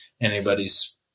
anybody's